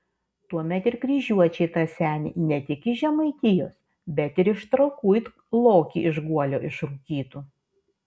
tuomet ir kryžiuočiai tą senį ne tik iš žemaitijos bet ir iš trakų it lokį iš guolio išrūkytų